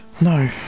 No